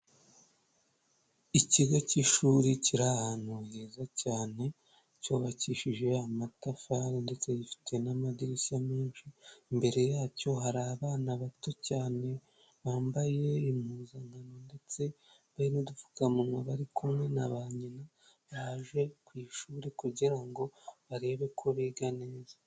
Ikigo cy'ishuri kiri ahantu heza cyane, cyubakishije amatafari ndetse gifite n'amadirishya menshi, imbere yacyo hari abana bato cyane bambaye impuzankano ndetse n'udupfukamunwa, bari kumwe na ba nyina baje ku ishuri kugira ngo barebe ko biga neza.